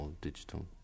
digital